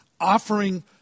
offering